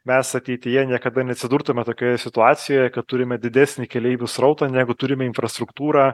mes ateityje niekada neatsidurtume tokioje situacijoje kad turime didesnį keleivių srautą negu turim infrastruktūrą